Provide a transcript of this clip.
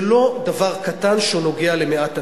זה לא דבר קטן שנוגע במעט אנשים,